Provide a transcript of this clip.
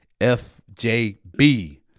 fjb